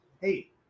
hey